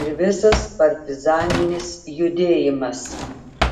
ir visas partizaninis judėjimas